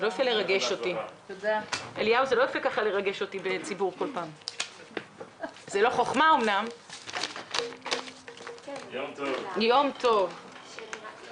ננעלה בשעה 11:00.